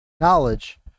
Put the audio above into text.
knowledge